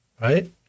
right